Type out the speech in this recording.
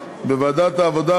בוועדת העבודה,